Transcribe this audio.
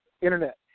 internet